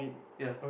ya